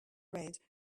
red